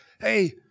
hey